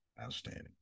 Outstanding